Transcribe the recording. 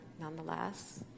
nonetheless